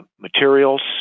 materials